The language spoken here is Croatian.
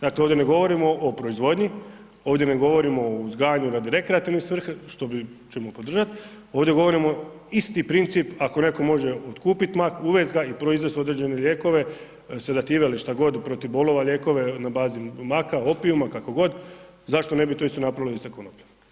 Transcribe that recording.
Dakle, ovdje ne govorimo o proizvodnji, ovdje ne govorimo o uzgajanju radi rekreativne svrhe, što ćemo podržat, ovdje govorimo isti princip ako netko može otkupit mak, uvest ga i proizvest određene lijekove, sedative ili šta god, protiv bolova lijekove na bazi maka, opiuma, kako god, zašto to isto ne bi napravili i sa konopljom?